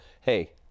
hey